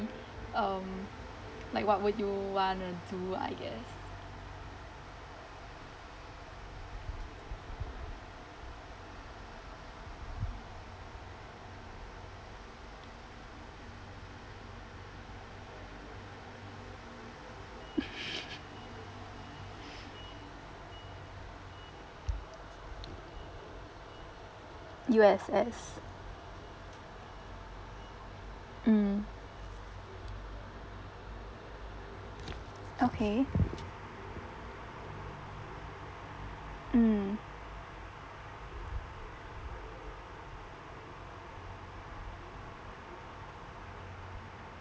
um like what would you want to do I guess U_S_S mm okay mm